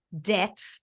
debt